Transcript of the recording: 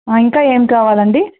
ఇంకా ఏమి కావాలండి